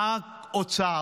שר האוצר,